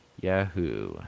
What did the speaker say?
Yahoo